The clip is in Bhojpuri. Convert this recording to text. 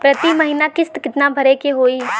प्रति महीना किस्त कितना भरे के होई?